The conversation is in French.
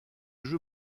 jeu